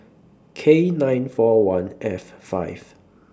K nine four one F five